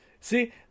See